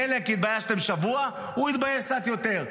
חלק, התביישתם שבוע, הוא התבייש קצת יותר.